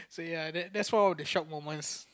ya that that's one of the shock moments